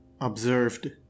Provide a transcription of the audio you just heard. observed